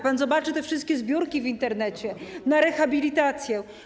Pan zobaczy te wszystkie zbiórki w Internecie na rehabilitację.